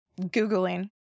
Googling